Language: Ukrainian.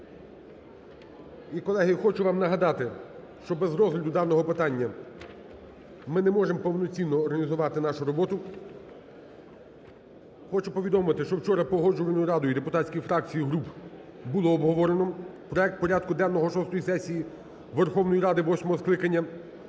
І, колеги, я хочу вам нагадати, що без розгляду даного питання ми не можемо повноцінно організувати нашу роботу. Хочу повідомити, що вчора Погоджувальною радою депутатських фракцій і груп було обговорено проект порядку денного шостої сесії Верховної Ради восьмого скликання.